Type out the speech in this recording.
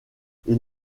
ils